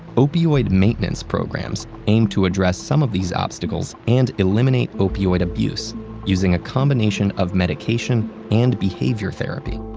opioid maintenance programs aim to address some of these obstacles and eliminate opioid abuse using a combination of medication and behavior therapy.